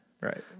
Right